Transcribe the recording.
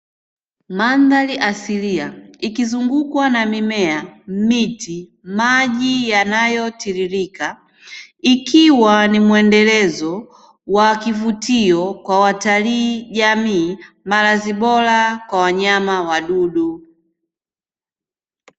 Mandhari asilia ikizungukwa na mimea, miti, maji yanayotiririka ikiwa ni mwendelezo wa wakivutio kwa watalii, jamii, malazi bora kwa wanyama na wadudu.